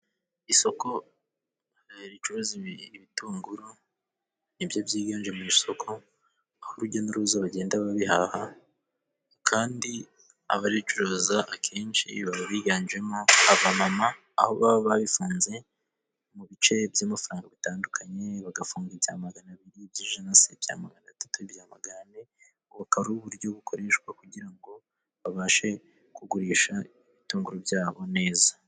Isoko ricuruza ibitunguru ni byo byiganje mu isoko, aho urujya n'uruza, bagenda babihaha kandi abaricuruza akenshi iyo baba biganjemo abamama, aho baba babifunze mu bice by'amafaranga bitandukanye bagafunga ibya maganabiri, iby'ijana se, ibya maganatatu, ibyamaganane. Bukaba ari uburyo bukoreshwa kugira ngo babashe kugurisha ibitunguru byabo neza.